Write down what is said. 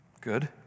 Good